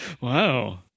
wow